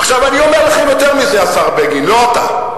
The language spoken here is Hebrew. עכשיו, אני אומר לכם יותר מזה, השר בגין, לא אתה: